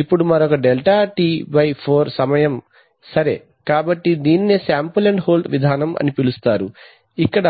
ఇప్పుడు మరొక delta T by 4 సమయం సరే కాబట్టి దీనినే శాంపిల్ అండ్ హోల్డ్ విధానం అని పిలుస్తారు ఇక్కడ